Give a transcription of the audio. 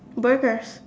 burgers